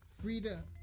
Frida